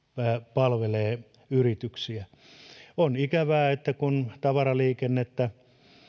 palvelee yrityksiä on ikävää että kun tavaraliikennettä